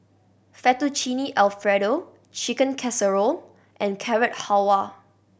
Fettuccine Alfredo Chicken Casserole and Carrot Halwa